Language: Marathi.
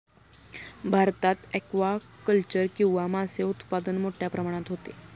भारतात ॲक्वाकल्चर किंवा मासे उत्पादन मोठ्या प्रमाणात होते